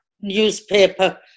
newspaper